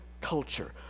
culture